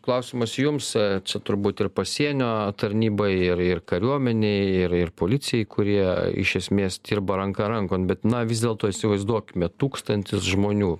klausimas jums čia turbūt ir pasienio tarnybai ir ir kariuomenei ir ir policijai kurie iš esmės dirba ranka rankon bet na vis dėlto įsivaizduokime tūkstantis žmonių